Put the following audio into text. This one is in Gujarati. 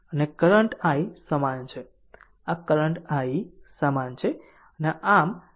અને કરંટ i સમાન છે આ કરંટ i સમાન છે